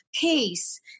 Peace